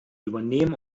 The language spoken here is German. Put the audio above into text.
übernehmen